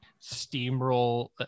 steamroll